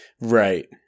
Right